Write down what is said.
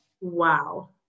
Wow